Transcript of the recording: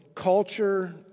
culture